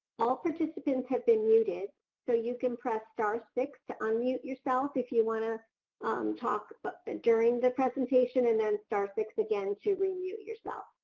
all participants have been muted so you can press star six to unmute yourself if you want to um talk but during the presentation and then star six again to remute yourself.